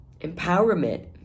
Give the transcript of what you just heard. empowerment